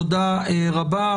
תודה רבה.